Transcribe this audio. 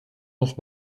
noch